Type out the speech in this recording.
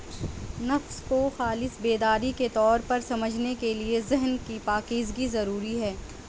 نفس کو خالص بیداری کے طور پر سمجھنے کے لیے ذہن کی پاکیزگی ضروری ہے